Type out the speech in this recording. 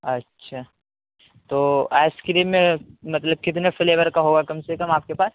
اچھا تو ice cream میں مطلب کتنے فلیور کا ہوگا کم سے کم آپ کے پاس